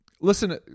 Listen